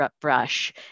brush